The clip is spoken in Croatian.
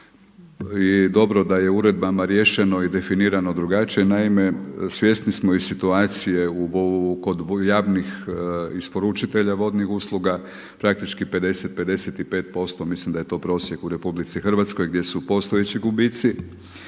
I dobro da je uredbama riješeno i definirano drugačije. Naime, svjesni smo situacije kod javnih isporučitelja vodnih usluga, praktički 50, 55% mislim da je to prosjek u RH gdje su postojeći gubici.